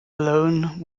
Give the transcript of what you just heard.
alone